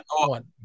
one